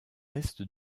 est